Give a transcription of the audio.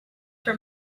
for